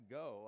go